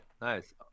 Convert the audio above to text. Nice